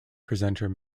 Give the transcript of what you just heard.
presenters